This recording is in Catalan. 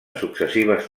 successives